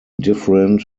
different